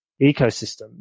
ecosystem